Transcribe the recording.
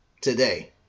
today